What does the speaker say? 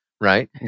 right